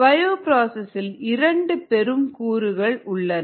பயோபிராசஸ்ஸில் இரண்டு பெரும் கூறுகள் உள்ளன